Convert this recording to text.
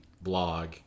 blog